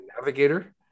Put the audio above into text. Navigator